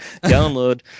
Download